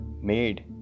made